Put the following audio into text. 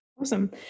Awesome